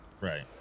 Right